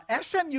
SMU